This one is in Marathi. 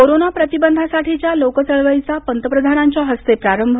कोरोना प्रतिबंधासाठीच्या लोकचळचळीचा पंतप्रधानांच्या हस्ते प्रारंभ